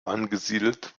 angesiedelt